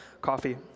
Coffee